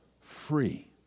free